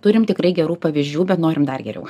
turim tikrai gerų pavyzdžių bet norim dar geriau